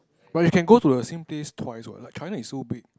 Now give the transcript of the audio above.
or you can go the same place twice what like China is so big